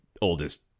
oldest